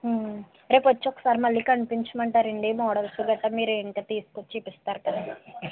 రేపు వచ్చి ఒకసారి మళ్ళీ కనిపించమంటారా అండీ మోడల్స్ గట్రా మీరు ఇంకా తెచ్చి చూపిస్తారు కదా